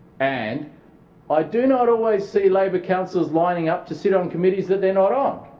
and i do not always see labor councillors lining up to sit on committees that they're not on.